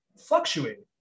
fluctuating